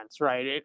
right